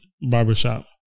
Barbershop